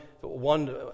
one